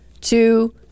two